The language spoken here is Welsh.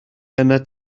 arnat